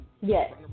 Yes